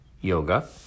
yoga